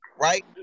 right